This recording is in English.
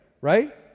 right